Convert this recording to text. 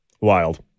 Wild